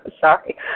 Sorry